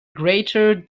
greater